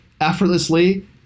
effortlessly